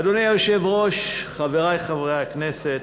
אדוני היושב-ראש, חברי חברי הכנסת,